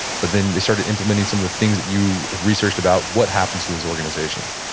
but then they started implementing some of the things that you researched about, what happens to those organizations?